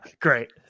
great